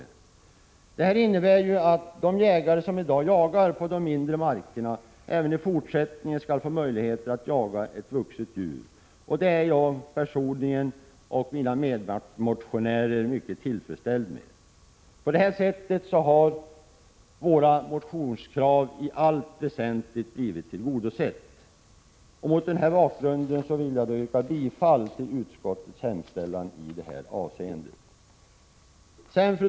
Detta innebär att de jägare som i dag jagar på de mindre markerna även i fortsättningen skall få möjligheter att jaga ett vuxet djur. Det är jag personligen och mina medmotionärer mycket tillfredsställda med. På det sättet har våra motionskrav i allt väsentligt blivit tillgodosedda. Mot den här bakgrunden vill jag yrka bifall till utskottets hemställan på den här punkten.